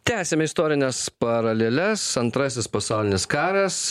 tęsiame istorines paraleles antrasis pasaulinis karas